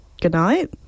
goodnight